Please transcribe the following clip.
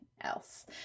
else